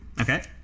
Okay